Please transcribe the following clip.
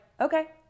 okay